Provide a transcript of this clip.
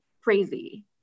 crazy